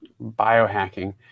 Biohacking